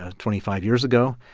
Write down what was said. ah twenty five years ago.